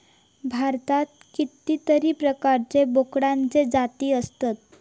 भारतात कितीतरी प्रकारचे बोकडांचे जाती आसत